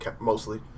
Mostly